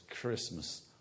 Christmas